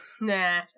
Nah